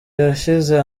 yashyize